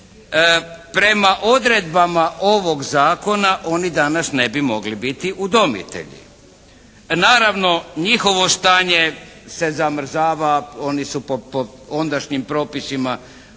Prema odredbama ovog zakona oni danas ne bi mogli biti udomitelji. Naravno, njihovo stanje se zamrzava, oni su po ondašnjim propisima udomili